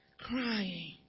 Crying